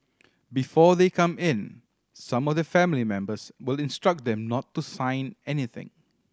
before they come in some of their family members will instruct them not to sign anything